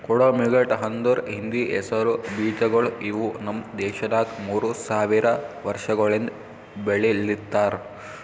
ಕೊಡೋ ಮಿಲ್ಲೆಟ್ ಅಂದುರ್ ಹಿಂದಿ ಹೆಸರು ಬೀಜಗೊಳ್ ಇವು ನಮ್ ದೇಶದಾಗ್ ಮೂರು ಸಾವಿರ ವರ್ಷಗೊಳಿಂದ್ ಬೆಳಿಲಿತ್ತಾರ್